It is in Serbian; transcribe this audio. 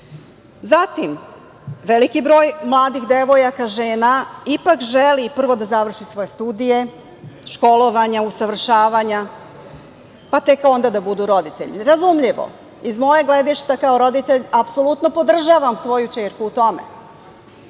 krive. Zatim, veliki broj mladih devojaka, žena, ipak želi prvo da završi svoje studije, školovanja, usavršavanja, pa tek onda da budu roditelji. Razumljivo. Iz mog gledišta kao roditelj, apsolutno podržavam svoju ćerku u